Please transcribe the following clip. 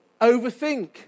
overthink